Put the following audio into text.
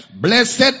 Blessed